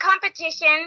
competition